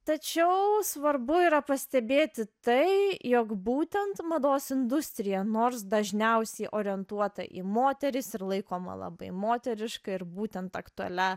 tačiau svarbu yra pastebėti tai jog būtent mados industrija nors dažniausiai orientuota į moteris ir laikoma labai moteriška ir būtent aktualia